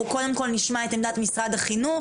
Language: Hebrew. אנחנו קודם כל נשמע את עמדת משרד החינוך.